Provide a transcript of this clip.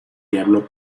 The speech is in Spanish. diablo